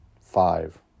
five